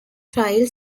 file